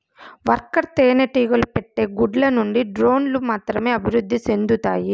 worker తేనెటీగలు పెట్టే గుడ్ల నుండి డ్రోన్లు మాత్రమే అభివృద్ధి సెందుతాయి